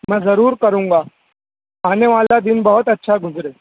میں ضرور کروں گا آنے والا دن بہت اچھا گزرے